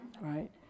right